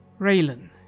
Raylan